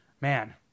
Man